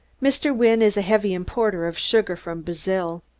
mr. wynne is a heavy importer of sugar from brazil.